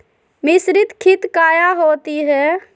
मिसरीत खित काया होती है?